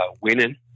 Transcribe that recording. winning